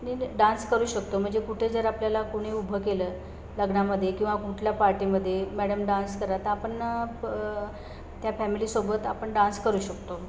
निरनि dance करू शकतो म्हणजे कुठे जर आपल्याला कुणी उभं केलं लग्नामध्ये किंवा कुठल्या पार्टीमध्ये मॅडम डान्स करा तर आपण प त्या फॅमिलीसोबत आपण डान्स करू शकतो